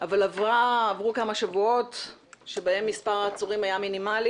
עברו כמה שבועות שבהם מספר העצורים היה מינימלי